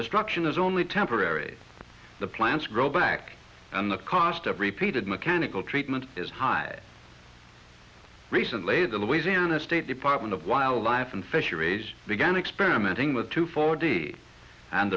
destruction is only temporary the plants grow back and the cost of repeated mechanical treatment is high recently the louisiana state department of wildlife and fisheries began experimenting with two forty and